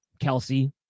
Kelsey